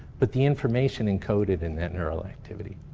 but the information encoded in that neural activity.